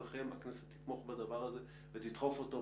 הכנסת תתמוך בדבר הזה ותדחוף אותו,